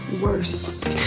worst